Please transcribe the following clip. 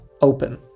open